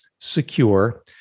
secure